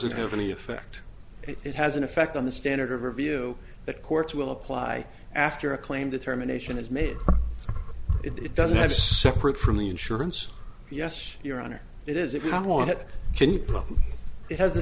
it have any effect it has an effect on the standard of review that courts will apply after a claim determination is made it doesn't separate from the insurance yes your honor it is if you want it it has the